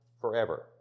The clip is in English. forever